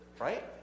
Right